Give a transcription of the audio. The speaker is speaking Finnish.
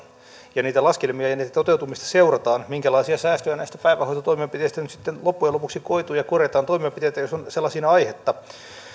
ja niitä laskelmia ja niitten toteutumista seurataan minkälaisia säästöjä näistä päivähoitotoimenpiteistä nyt sitten loppujen lopuksi koituu ja korjataan toimenpiteitä jos on sellaisiin aihetta